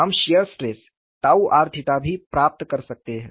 हम shear stress r भी प्राप्त कर सकते हैं